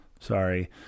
sorry